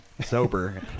Sober